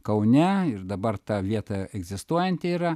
kaune ir dabar ta vieta egzistuojanti yra